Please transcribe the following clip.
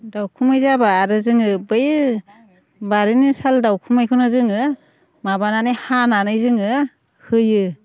दाउखुमै जाब्ला आरो जोङो बैयो बारिनि साल दाउखुमैखौनो जोङो माबानानै हानानै जोङो होयो